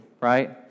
right